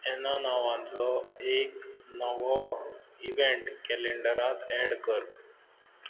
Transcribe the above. एना नांवांचो एक नवो इव्हँट कॅलेंडरांत एड कर